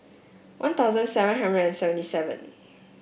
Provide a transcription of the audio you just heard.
One Thousand seven hundred and seventy seven